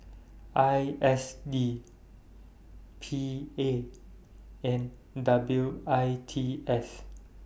I S D P A and W I T S